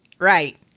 Right